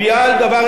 העולם כולו.